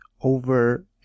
over